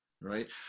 right